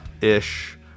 ish